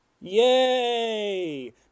yay